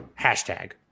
hashtag